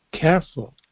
Careful